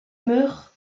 meurt